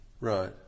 Right